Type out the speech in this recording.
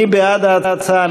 מי בעד ההצעה?